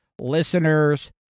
listeners